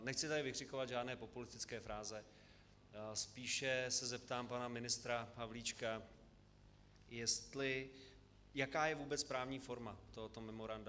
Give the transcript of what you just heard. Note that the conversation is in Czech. Nechci tady vykřikovat žádné populistické fráze, spíše se zeptám pana ministra Havlíčka, jaká je vůbec právní forma tohoto memoranda.